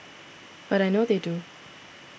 but I know they do